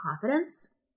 confidence